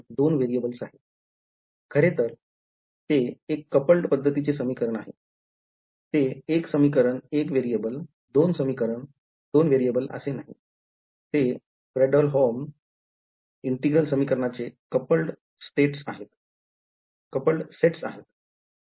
खरेतर ते एक coupled पद्धतीचे समीकरणं आहेत ते 1 समीकरण 1 variable 2 समीकरणं 2 variables असे नाही ते Fredholm integral समीकरणाचे coupled सेटस आहेत